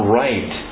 right